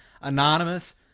Anonymous